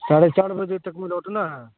ساڑھے چار بجے تک میں لوٹنا ہے